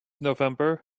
november